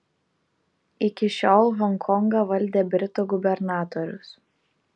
iki šiol honkongą valdė britų gubernatorius